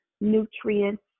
nutrients